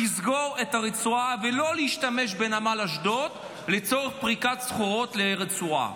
לסגור את הרצועה ולא להשתמש בנמל אשדוד לצורך פריקת סחורות לרצועה,